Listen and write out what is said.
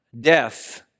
death